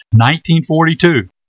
1942